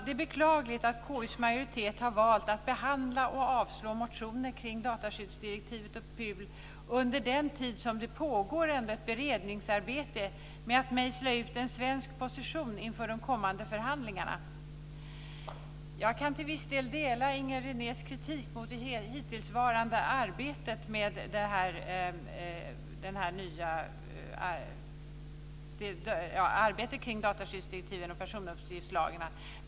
Det är beklagligt att KU:s majoritet har valt att behandla och avslå motioner kring dataskyddsdirektivet och PUL under den tid som det ändå pågår ett beredningsarbete med att mejsla ut en svensk position inför de kommande förhandlingarna. Jag kan till viss del dela Inger Renés kritik mot det hittillsvarande arbetet kring dataskyddsdirektiven och personuppgiftslagarna.